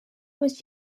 was